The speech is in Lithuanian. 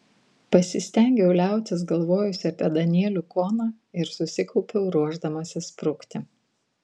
pasistengiau liautis galvojusi apie danielių koną ir susikaupiau ruošdamasi sprukti